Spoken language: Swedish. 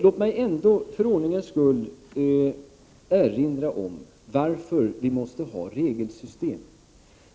Låt mig ändå för ordningens skull erinra om varför vi måste ha ett regelsystem.